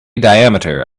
diameter